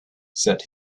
said